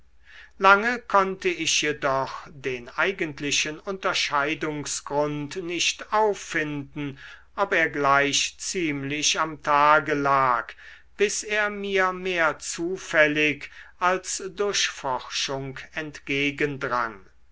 lange konnte ich jedoch den eigentlichen unterscheidungsgrund nicht auffinden ob er gleich ziemlich am tage lag bis er mir mehr zufällig als durch forschung